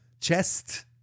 Chest